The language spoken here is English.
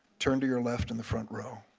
turn to your left on the front row.